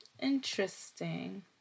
interesting